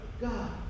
God